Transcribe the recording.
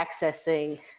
accessing